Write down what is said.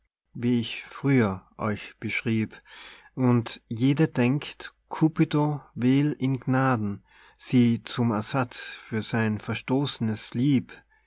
wie ich früher euch beschrieb und jede denkt cupido wähl in gnaden sie zum ersatz für sein verstoßnes lieb